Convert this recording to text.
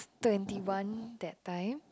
twenty one that time